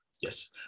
Yes